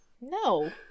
No